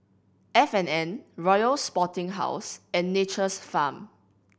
F and N Royal Sporting House and Nature's Farm